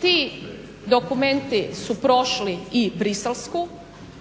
Ti dokumenti su prošli i briselsku